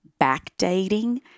backdating